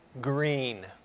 green